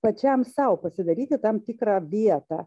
pačiam sau pasidaryti tam tikrą vietą